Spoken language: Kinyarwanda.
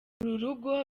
urugo